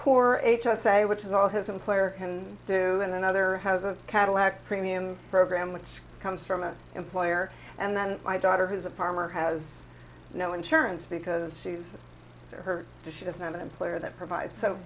poor h s a which is all his employer can do and another has a cadillac premium program which comes from an employer and then my daughter who's a farmer has no insurance because she's heard the she has an employer that provides so